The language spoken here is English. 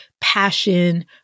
passion